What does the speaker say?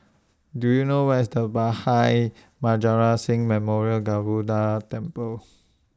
Do YOU know Where IS The Bhai Maharaj Singh Memorial Temple